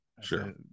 sure